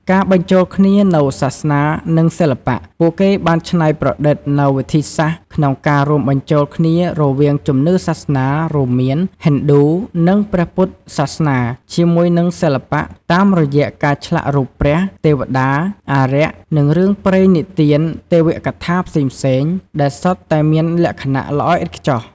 ការបញ្ចូលគ្នានូវសាសនា និងសិល្បៈ ពួកគេបានច្នៃប្រឌិតនូវវិធីសាស្ត្រក្នុងការរួមបញ្ចូលគ្នារវាងជំនឿសាសនា រួមមាន ហិណ្ឌូ និងព្រះពុទ្ធសាសនា ជាមួយនឹងសិល្បៈ តាមរយៈការឆ្លាក់រូបព្រះ ទេវតា អារក្ស និងរឿងនិទានទេវកថាផ្សេងៗ ដែលសុទ្ធតែមានលក្ខណៈល្អឥតខ្ចោះ។